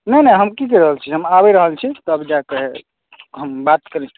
नहि नहि हम की कहि रहल छी हम आबि रहल छी तब जाकऽ हम बात करैत छी